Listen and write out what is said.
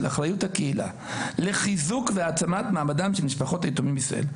אחריות הקהילה לחיזוק והעצמת מעמדם של משפחות היתומים בישראל,